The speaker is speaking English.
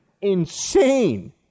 insane